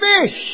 fish